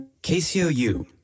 KCOU